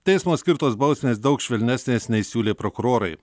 teismo skirtos bausmės daug švelnesnės nei siūlė prokurorai